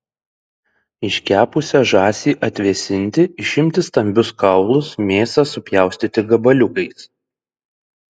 iškepusią žąsį atvėsinti išimti stambius kaulus mėsą supjaustyti gabaliukais